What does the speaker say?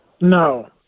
no